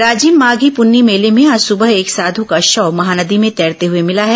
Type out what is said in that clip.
राजिम माघी प्रन्नी मेले में आज सुबह एक साधु का शव महानदी में तैरते हुए मिला है